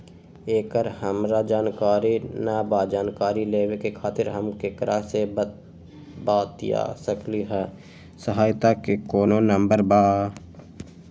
एकर हमरा जानकारी न बा जानकारी लेवे के खातिर हम केकरा से बातिया सकली ह सहायता के कोनो नंबर बा?